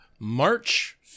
March